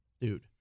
Dude